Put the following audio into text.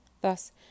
Thus